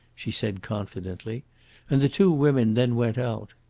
she said confidently and the two women then went out.